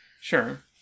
Sure